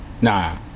Nah